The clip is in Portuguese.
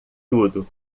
tudo